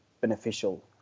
beneficial